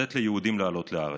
ולתת ליהודים לעלות לארץ: